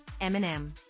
Eminem